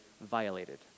violated